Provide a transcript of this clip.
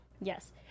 Yes